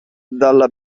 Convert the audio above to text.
dalla